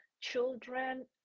children